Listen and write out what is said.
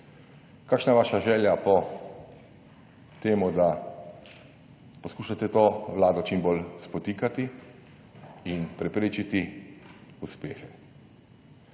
kakšna je vaša želja po temu, da poskušate to vlado čim bolj spotikati in preprečiti uspehe.